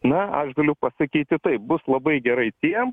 na aš galiu pasakyti taip bus labai gerai tiem